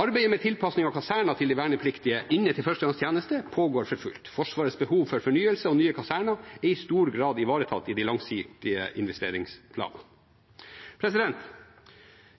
Arbeidet med tilpasning av kasernene til de vernepliktige som er inne til førstegangstjeneste, pågår for fullt. Forsvarets behov for fornyelse og nye kaserner er i stor grad ivaretatt i de langsiktige investeringsplanene.